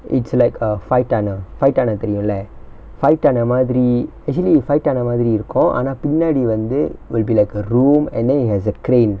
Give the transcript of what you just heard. it's like a five tonner five tonner தெரியுல:theriyula five tonner மாதிரி:maathiri actually five tonner மாதிரி இருக்கு ஆனா பின்னாடி வந்து:maathiri irukku aanaa pinnaadi vanthu will be like a room and then it has a crane